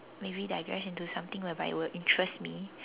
maybe digress into something whereby it will interest me